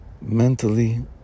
mentally